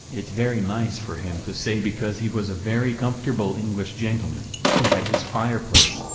it's very nice for him to say because he was a very comfortable english gentleman. he had his fireplace,